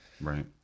Right